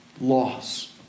loss